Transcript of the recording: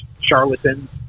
charlatans